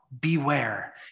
beware